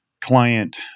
client